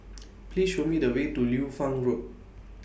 Please Show Me The Way to Liu Fang Road